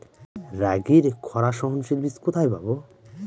রাগির খরা সহনশীল বীজ কোথায় পাবো?